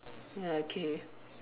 ya okay